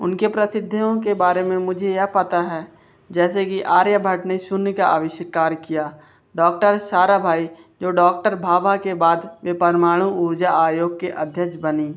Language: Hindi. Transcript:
उनके प्रसिद्धयों के बारे में मुझे यह पता है जैसे कि आर्यभट्ट ने शून्य का आविष्कार किया डॉक्टर साराभाई जो डॉक्टर भाबा के बाद में परमाणु ऊर्जा आयोग के अध्यक्ष बने